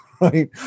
Right